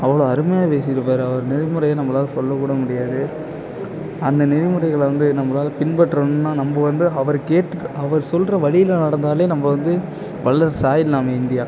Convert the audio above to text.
அவ்வளோ அருமையாக பேசிருப்பார் அவர் நெறிமுறையை நம்மளால சொல்ல கூட முடியாது அந்த நெறிமுறைகளை வந்து நம்மளால பின்பற்றணுன்னா நம்ம வந்து அவருக்கேற்ற அவர் சொல்கிற வழியில நடந்தாலே நம்ம வந்து வல்லரசு ஆயிடலாமே இந்தியா